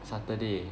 saturday